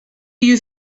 you